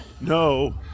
No